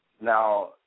Now